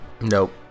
Nope